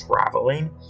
traveling